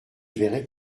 verrai